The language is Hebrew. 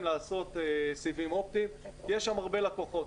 לעשות סיבים אופטיים כי יש שם הרבה לקוחות.